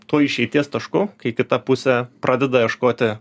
tuo išeities tašku kai kita pusė pradeda ieškoti